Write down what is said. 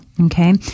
Okay